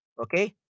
Okay